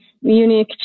unique